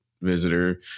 visitor